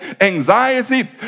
anxiety